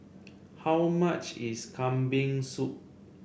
how much is Kambing Soup